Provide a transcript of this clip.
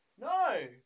No